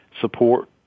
support